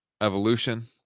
Evolution